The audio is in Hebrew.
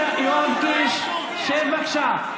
יואב קיש, שב, בבקשה.